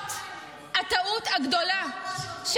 את יודעת מה אמרו השוטרים?